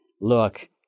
look